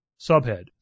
Subhead